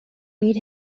beat